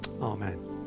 Amen